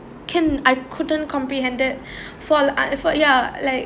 can I couldn't comprehend it for uh for ya like